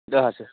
हजुर